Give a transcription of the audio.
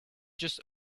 just